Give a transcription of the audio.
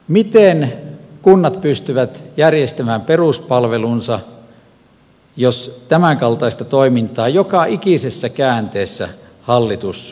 miten kunnat pystyvät järjestämään peruspalvelunsa jos tämänkaltaista toimintaa joka ikisessä käänteessä hallitus noudattaa